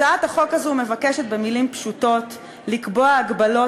הצעת החוק הזו מבקשת במילים פשוטות לקבוע הגבלות